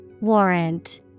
Warrant